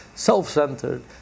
Self-centered